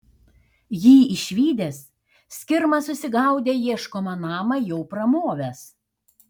jį išvydęs skirma susigaudė ieškomą namą jau pramovęs